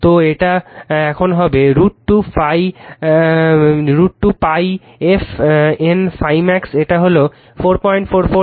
তো এটা এখন হবে √ 2 f N ∅ max এটা হলো 444 f N ∅ max